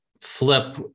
flip